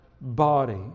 body